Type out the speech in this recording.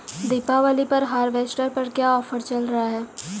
दीपावली पर हार्वेस्टर पर क्या ऑफर चल रहा है?